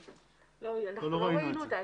לא, אנחנו לא ראינו אותה.